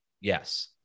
yes